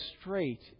straight